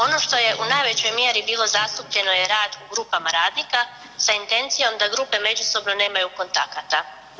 Ono što je u najvećoj mjeri bilo zastupljeno je rad u grupama radnika sa intencijom da grupe međusobno nemaju kontakata.